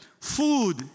Food